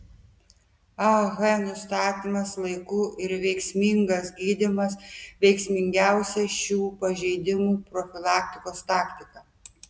ah nustatymas laiku ir veiksmingas gydymas veiksmingiausia šių pažeidimų profilaktikos taktika